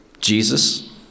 Jesus